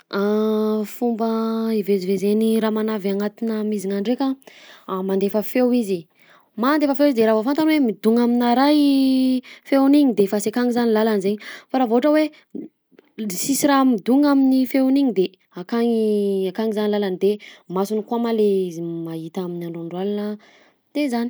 Fomba ivezivezen'ny ramanavy agnatinà mizina ndraika: a- mandefa feo izy, mandefa feo izy de raha vao fantany hoe midogna aminà raha i feony igny de efa sy akagny zany làlany zaigny fa raha vao ohatra hoe sisy raha midogna amin'ny feony igny de akagny akagny zany làlany de masony koa ma le izy mahita amin'ny androandro alina, de zany.